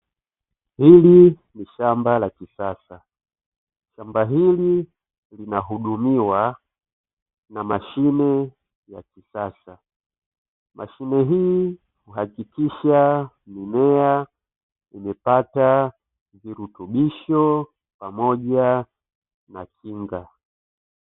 Hili ni shamba la kisasa,. Shamba hili linahudumiwa na mashine ya kisasa Mashine hii huhakikisha mimea imepata virutubisho pamoja na kinga.